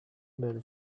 men